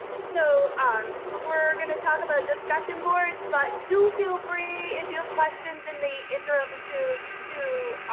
so um we're going to talk about discussion boards, but do feel free. if you have questions in the interim to to